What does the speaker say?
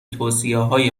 توصیههای